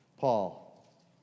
Paul